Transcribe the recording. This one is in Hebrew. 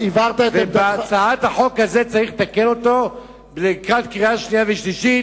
ואת הצעת החוק הזו צריך לתקן לקראת הקריאה השנייה והשלישית,